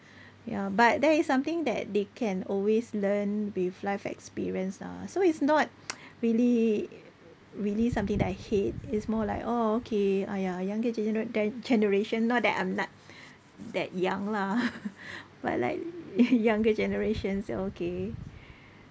ya but that is something that they can always learn with life experience ah so it's not really really something that I hate it's more like orh okay !aiya! younger gen~ generation not that I'm not that young lah but like younger generations okay